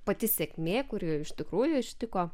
pati sėkmė kuri iš tikrųjų ištiko